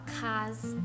cars